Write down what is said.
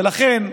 ולכן,